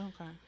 Okay